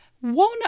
One